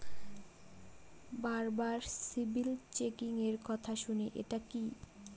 বারবার সিবিল চেকিংএর কথা শুনি এটা কি?